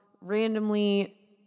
randomly